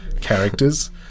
characters